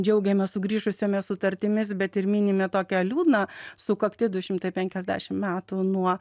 džiaugiamės sugrįžusiomis sutartimis bet ir minime tokią liūdną sukaktį du šimtai penkiasdešim metų nuo